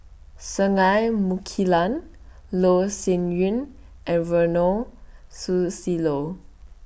Singai Mukilan Loh Sin Yun and Ronald Susilo